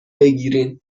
بگیرین